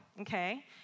okay